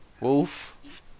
Wolf